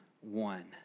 one